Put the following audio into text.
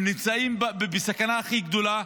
הם נמצאים בסכנה הכי גדולה,